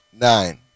Nine